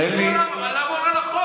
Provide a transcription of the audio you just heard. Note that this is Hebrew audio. תן לי,